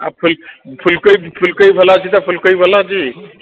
ଆଉ ଫୁଲ ଫୁଲ କୋବି ଫୁଲ କୋବି ଭଲ ଅଛି ତ ଫୁଲକୋବି ଭଲ ଅଛି